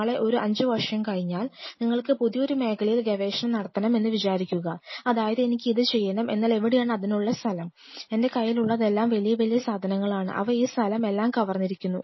നാളെ ഒരു അഞ്ചു വർഷം കഴിഞ്ഞാൽ നിങ്ങൾക്ക് പുതിയൊരു മേഖലയിൽ ഗവേഷണം നടത്തണം എന്ന് വിചാരിക്കുക അതായത് എനിക്കിത് ചെയ്യണം എന്നാൽ എവിടെയാണ് അതിനുള്ള സ്ഥലം എൻറെ കൈയിലുള്ളതെല്ലാം വലിയ വലിയ സാധനങ്ങളാണ് അവ ഈ സ്ഥലം എല്ലാം കവർന്നിരിക്കുന്നു